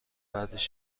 بعدش